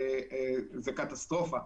זאת קטסטרופה.